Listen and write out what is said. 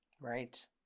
Right